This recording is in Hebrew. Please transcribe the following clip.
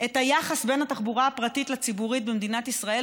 את היחס בין התחבורה הפרטית לציבורית במדינת ישראל